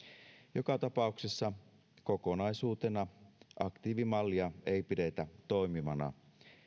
joka tapauksessa kokonaisuutena aktiivimallia ei pidetä toimivana